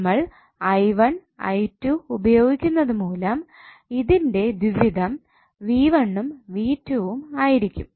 നമ്മൾ ഉപയോഗിക്കുന്നതുമൂലം ഇതിന്റെ ദ്വിവിധം ഉം ഉം ആയിരിക്കും